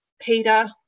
Peter